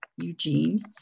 Eugene